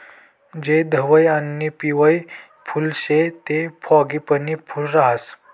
जे धवयं आणि पिवयं फुल शे ते फ्रॉगीपनी फूल राहास